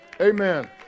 Amen